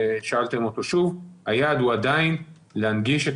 ושאלתם שוב היעד הוא עדיין להנגיש את